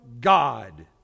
God